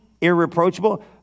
irreproachable